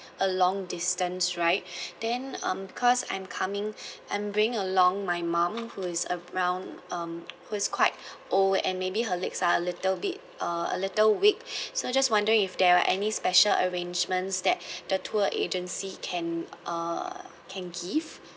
a long distance right then um because I'm coming I'm bringing along my mum who is around um who is quite old and maybe her legs are a little bit uh a little weak so just wondering if there are any special arrangements that the tour agency can uh can give